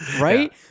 right